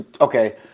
okay